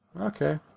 Okay